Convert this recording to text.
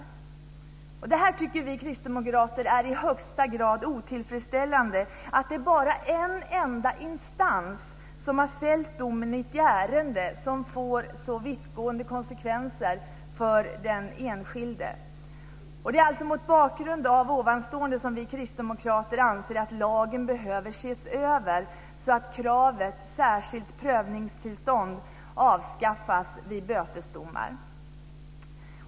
Vi kristdemokrater tycker att det är i högsta grad otillfredsställande att det bara är en enda instans som fällt domen i ett ärende som får så vittgående konsekvenser för den enskilde. Det är mot bakgrund av detta vi anser att lagen bör ses över så att kravet på särskilt prövningstillstånd avskaffas vid bötesdomar.